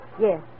Yes